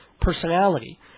personality